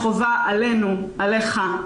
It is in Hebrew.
החובה עלינו עליך,